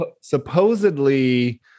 supposedly